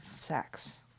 sex